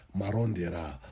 Marondera